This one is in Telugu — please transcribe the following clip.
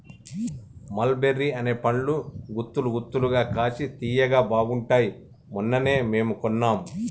మల్ బెర్రీ అనే పండ్లు గుత్తులు గుత్తులుగా కాశి తియ్యగా బాగుంటాయ్ మొన్ననే మేము కొన్నాం